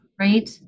right